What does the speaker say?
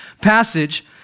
passage